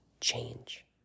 change